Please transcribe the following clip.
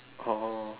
oh